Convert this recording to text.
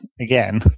again